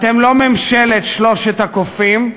אתם לא ממשלת שלושת הקופים,